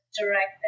direct